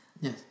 yes